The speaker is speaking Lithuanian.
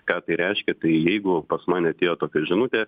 ką tai reiškia tai jeigu pas mane atėjo tokia žinutė